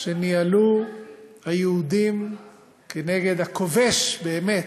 שניהלו היהודים נגד הכובש באמת,